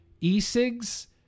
e-cigs